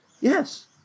Yes